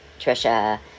Trisha